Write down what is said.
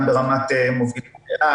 גם ברמת מובילי דעה,